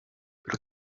però